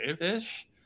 ish